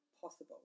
possible